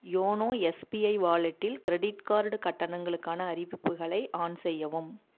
YONO SBI வாலெட்டில் credit card கட்டணங்களுக்கான அறிவிப்புகளை ஆன் செய்யவும்